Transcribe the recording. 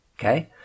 okay